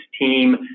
team